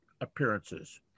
appearances